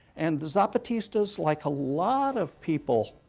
and the zapatistas, like a lot of people